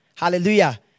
Hallelujah